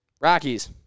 Rockies